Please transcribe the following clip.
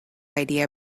idea